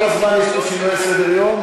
כל הזמן יש פה שינויי סדר-יום,